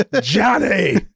johnny